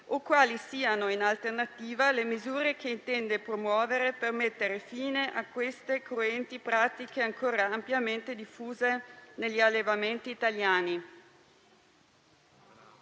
o quali siano, in alternativa, le misure che intende promuovere per mettere fine a queste cruenti pratiche ancora ampiamente diffuse negli allevamenti italiani.